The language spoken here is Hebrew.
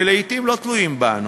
שלעתים לא תלויים בנו: